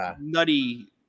nutty